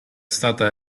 stata